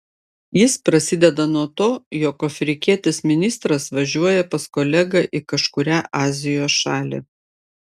jis prasideda nuo to jog afrikietis ministras važiuoja pas kolegą į kažkurią azijos šalį